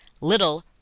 Little